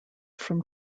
from